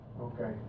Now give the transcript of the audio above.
Okay